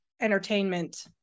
entertainment